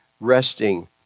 resting